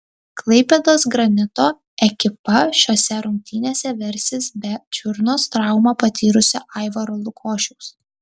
klaipėdos granito ekipa šiose rungtynėse versis be čiurnos traumą patyrusio aivaro lukošiaus